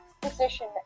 position